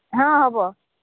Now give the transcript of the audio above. ହଁ ହେବ